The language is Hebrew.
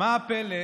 מה הפלא,